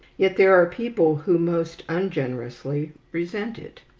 yet there are people who most ungenerously resent it.